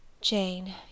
Jane